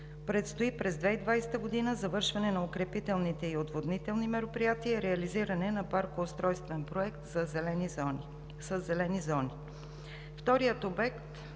предстои през 2020 г. завършване на укрепителните и отводнителните мероприятия, реализиране на паркоустройствен проект със зелени зони. Вторият обект